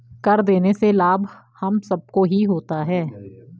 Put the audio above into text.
कर देने से लाभ हम सबको ही होता है